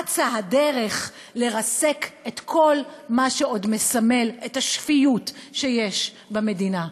אצה הדרך לרסק את כל מה שעוד מסמל את השפיות שיש במדינה.